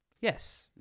Yes